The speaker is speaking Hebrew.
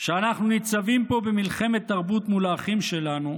שאנחנו ניצבים פה במלחמת תרבות מול האחים שלנו,